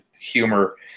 humor